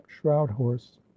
shroud-horse